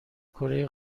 کره